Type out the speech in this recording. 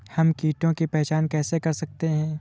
हम कीटों की पहचान कैसे कर सकते हैं?